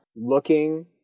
looking